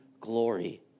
glory